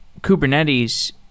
Kubernetes